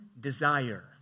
desire